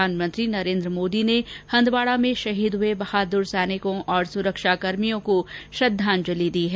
प्रधानमंत्री नरेन्द्र मोदी र्न हंदवाडा में शहीद हुए बहादुर सैनिकों और सुरक्षाकर्मियों को श्रद्धांजलि दी है